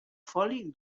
foli